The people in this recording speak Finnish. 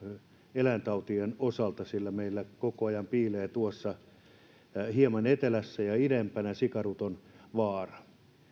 eläintautien osalta sillä meillä koko ajan piilee tuossa hieman etelämpänä ja idempänä sikaruton vaara